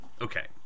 okay